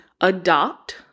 adopt